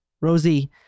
Rosie